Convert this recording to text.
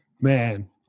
Man